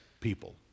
people